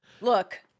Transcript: Look